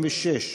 36(56)